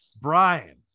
Brian